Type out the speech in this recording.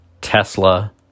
Tesla